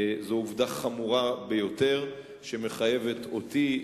זאת עובדה חמורה ביותר שמחייבת אותי,